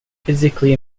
physically